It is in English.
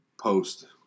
post